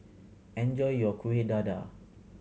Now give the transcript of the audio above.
enjoy your Kueh Dadar